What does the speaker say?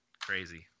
crazy